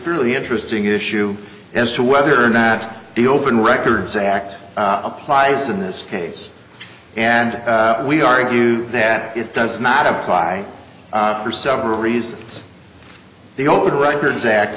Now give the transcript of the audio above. fairly interesting issue as to whether or not the open records act applies in this case and we argue that it does not apply for several reasons the old records act